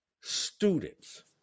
students